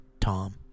Tom